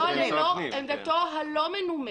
עמדתו הלא מנומקת.